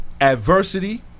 Adversity